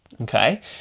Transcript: Okay